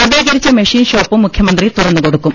നവീകരിച്ച മെഷീൻ ഷോപ്പും മുഖ്യമന്ത്രി തുറന്നു കൊടുക്കും